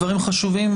דברים חשובים,